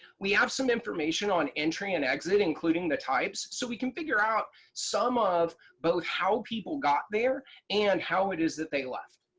we have some information on entry and exit, including the types, so we can figure out some of both how people got there and how it is that they left.